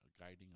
guiding